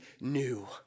new